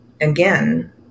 again